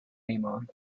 ammon